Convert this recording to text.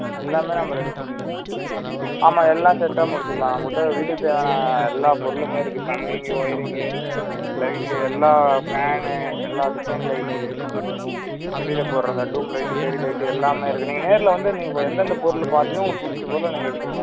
எல்லாமே நம்ப ரெடி பண்ணி ஆமாம் எல்லாம் சேர்த்து தான் முடிச்சுக்கலாம் நம்மக்கிட்ட வீட்டுக்குத் தேவையான எல்லா பொருளுமே இருக்கு பிளம்பிங் ஒயரிங்கு லைட்டு எல்லா ஃபேனு எல்லா டிசைன் லைட்டு வெளியில போடுற இந்த டூம் லைட்டு பெரிய லைட்டு எல்லாமே இருக்கு நீங்கள் நேரில் வந்து நீங்கள் எந்தெந்த பொருளை பார்த்தீங்கன்னா உங்களுக்கு பிடிச்ச பொருளை நீங்கள் எடுத்துக்கலாம்